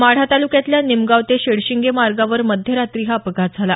माढा तालुक्यातल्या निमगांव ते शेडशिंगे मार्गावर मध्यरात्री हा अपघात झाला